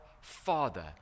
Father